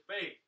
faith